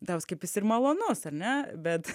gal kaip jis ir malonus ar ne bet